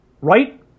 Right